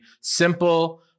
simple